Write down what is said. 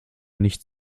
nicht